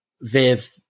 Viv